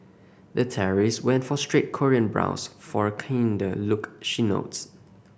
the terrorist went for straight Korean brows for a kinder look she notes